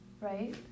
Right